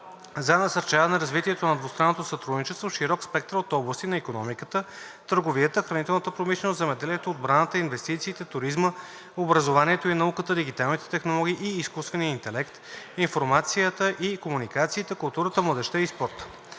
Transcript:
за насърчаване развитието на двустранното сътрудничество в широк спектър от области на икономиката, търговията, хранителната промишленост, земеделието, отбраната, инвестициите, туризма, образованието и науката, дигиталните технологии и изкуствения интелект, информацията и комуникациите, културата, младежта и спорта.